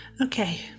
Okay